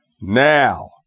now